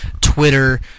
Twitter